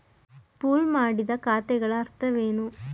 Pool ಮಾಡಿದ ಖಾತೆಗಳ ಅರ್ಥವೇನು?